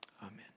Amen